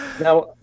Now